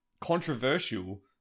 controversial